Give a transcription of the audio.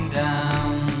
down